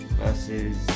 Versus